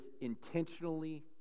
intentionally